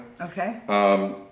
Okay